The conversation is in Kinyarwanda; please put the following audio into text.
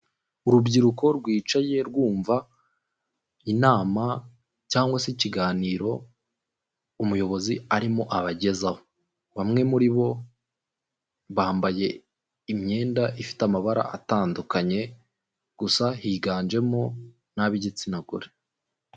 Urubyiruko rwicaye rwumva inama cyangwa se ikiganiro umuyobozi arimo abagezaho bamwe muri bo, bambaye imyenda ifite amabara atandukanye gusa higanjemo n'ab'igitsina gore.